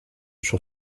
sur